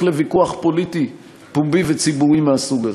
לוויכוח פוליטי פומבי וציבורי מהסוג הזה.